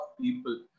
people